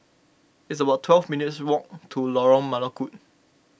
it's about twelve minutes' walk to Lorong Melukut